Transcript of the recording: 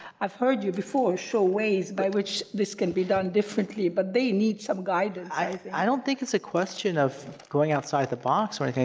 i've heard you before show ways by which this can be done differently, but they need some guidance. i don't think it's a question of going outside the box or anything.